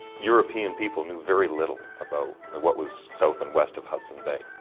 european people knew very little about what was south and west of hudson's bay.